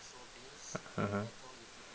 mmhmm